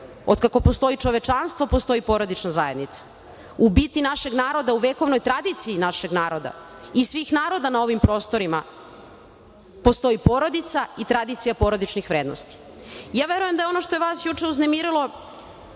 Od kako postoji čovečanstvo postoji porodična zajednica. U biti našeg naroda, u vekovnoj tradiciji našeg naroda i svih naroda na ovim prostorima postoji porodica i tradicija porodičnih vrednosti. Verujem da je ono što je vas juče uznemirilo